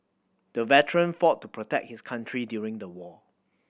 the veteran fought to protect his country during the war